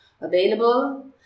available